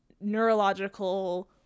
neurological